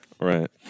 Right